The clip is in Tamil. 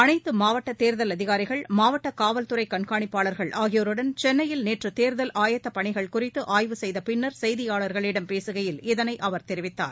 அனைத்து மாவட்ட தேர்தல் அதிகாரிகள் மாவட்ட காவல்துறை கண்காணிப்பாளர்கள் ஆகியோருடன் சென்னையில் நேற்று தேர்தல் ஆயத்தப் பணிகள் குறித்து ஆய்வு செய்தபின்னர் செய்தியாளர்களிடம் பேசுகையில் இதனை அவர் தெரிவித்தார்